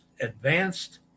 advanced